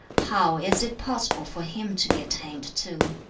how is it possible for him to be attained to